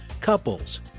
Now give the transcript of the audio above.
couples